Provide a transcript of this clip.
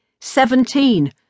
seventeen